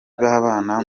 babana